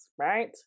right